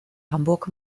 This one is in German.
hamburg